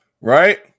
right